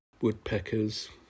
woodpeckers